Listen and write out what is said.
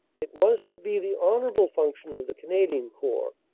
it was to be the honorable function of the canadian corps,